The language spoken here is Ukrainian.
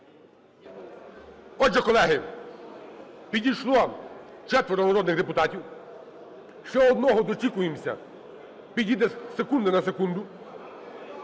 Отже, колеги, підійшло четверо народних депутатів, ще одного дочікуємося, підійде з секунди на секунду.